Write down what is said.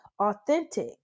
authentic